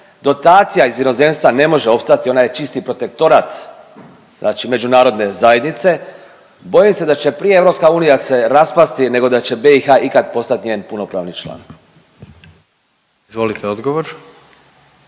dotacija iz inozemstva ne može opstati, ona je čisti protektorat znači međunarodne zajednice? Bojim se će prije EU se raspasti nego da će BiH ikad postat njen punopravni član. **Jandroković,